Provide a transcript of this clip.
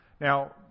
Now